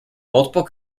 multiple